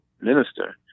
minister